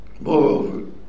Moreover